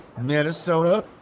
Minnesota